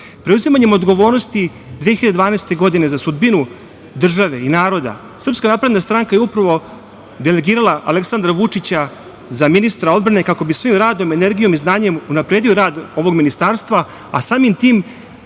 razvoj. Preuzimanjem odgovornosti 2012. godine za sudbinu države i naroda, SNS je upravo delegirala Aleksandra Vučića, za ministra odbrane, kako bi svojim radom, energijom i znanjem unapredio rad ovog ministarstva, a samim tim